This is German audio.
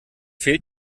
fehlt